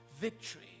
victory